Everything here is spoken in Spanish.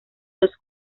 los